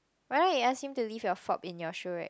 right I ask him to leave your flop in your shoe rack